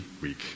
week